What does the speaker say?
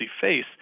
face